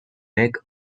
make